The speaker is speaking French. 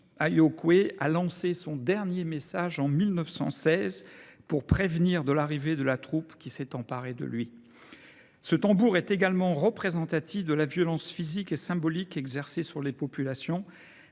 Aokwe a lancé son dernier message en 1916 pour prévenir de l'arrivée de la troupe qui s'est emparée de lui. Ce tambour est également représentatif de la violence physique et symbolique exercée sur les populations